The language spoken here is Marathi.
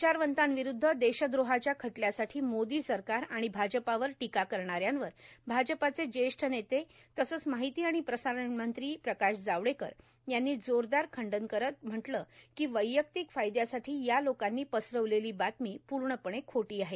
विचारवंतांविरूद्ध देशद्रोहाच्या खटल्यासाठी मोदी सरकार आणि भाजपावर टीका करणाऱ्यांवर भाजपाचे ज्येष्ठ नेते तसंच माहिती आणि प्रसारण मंत्री प्रकाश जावडेकर यांनी जोरदार खंडन करत म्हटलं की वैयक्तिक फायद्यासाठी या लोकांनी पसरवलेली बातमी पूर्णपणे खोटी आहे